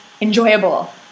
enjoyable